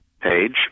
page